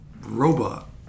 robot